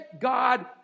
God